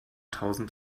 tausend